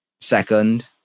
Second